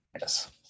Yes